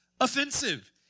offensive